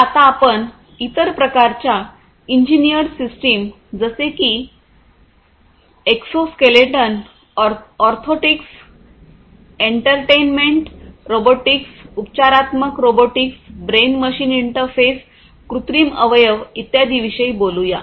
तर आता आपण इतर प्रकारच्या इंजिनियर्ड सिस्टम जसे की एक्सोस्केलेटन ऑर्थोटिक्स एंटरटेनमेंट रोबोटिक्स उपचारात्मक रोबोटिक्स ब्रेन मशीन इंटरफेस कृत्रिम अवयव इत्यादींविषयी बोलूया